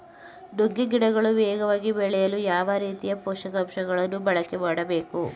ನುಗ್ಗೆ ಗಿಡಗಳು ವೇಗವಾಗಿ ಬೆಳೆಯಲು ಯಾವ ರೀತಿಯ ಪೋಷಕಾಂಶಗಳನ್ನು ಬಳಕೆ ಮಾಡಬೇಕು?